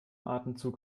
atemzug